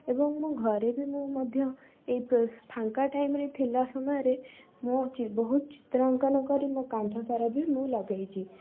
ଏବଂ ମୁଁ ଘରେ ବି ମୁଁ ମଧ୍ୟ ଏଇ ଫୁ ଫାଙ୍କା ଟାଇମରେ ଥିଲା ସମୟରେ ମୁଁ ବହୁତ ଚିତ୍ରାଙ୍କନ କରି ମୋ କାନ୍ଥସାରା ବି ମୁଁ ଲଗାଇଛି